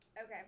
okay